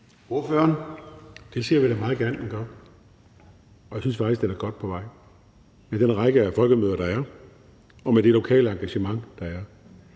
(V): Det ser vi da meget gerne at den gør. Jeg synes faktisk, den er godt på vej med den række af folkemøder, der er, og med det lokale engagement, der er.